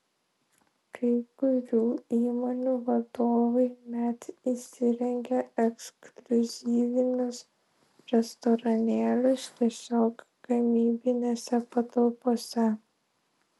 kai kurių įmonių vadovai net įsirengia ekskliuzyvinius restoranėlius tiesiog gamybinėse patalpose